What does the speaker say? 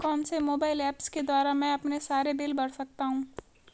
कौनसे mobile apps के द्वारा मैं अपने सारे बिल भर सकता हूं?